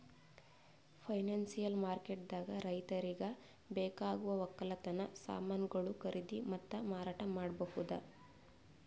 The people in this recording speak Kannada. ಫೈನಾನ್ಸಿಯಲ್ ಮಾರ್ಕೆಟ್ದಾಗ್ ರೈತರಿಗ್ ಬೇಕಾಗವ್ ವಕ್ಕಲತನ್ ಸಮಾನ್ಗೊಳು ಖರೀದಿ ಮತ್ತ್ ಮಾರಾಟ್ ಮಾಡ್ಬಹುದ್